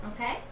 Okay